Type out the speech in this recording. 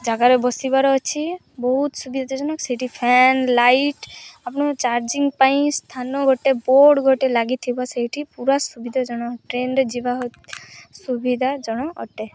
ଜାଗାରେ ବସିବାର ଅଛି ବହୁତ ସୁବିଧାଜନକ ସେଇଠି ଫ୍ୟାନ୍ ଲାଇଟ୍ ଆପଣଙ୍କ ଚାର୍ଜିଂ ପାଇଁ ସ୍ଥାନ ଗୋଟେ ବୋର୍ଡ଼ ଗୋଟେ ଲାଗିଥିବ ସେଇଠି ପୁରା ସୁବିଧାଜନକ ଟ୍ରେନ୍ରେ ଯିବା ସୁବିଧାଜନକ ଅଟେ